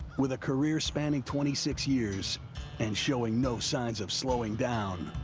with a career spanning twenty six years and showing no signs of slowing down.